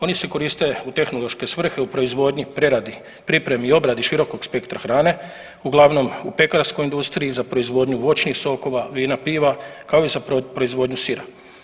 Oni se koriste u tehnološke svrhe u proizvodnji, preradi, pripremi i obradi širokog spektra hrane uglavnom u pekarskoj industriji za proizvodnju voćnih sokova, vina, piva kao i za proizvodnju sira.